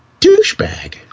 douchebag